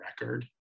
record